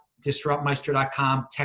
disruptmeister.com